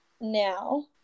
now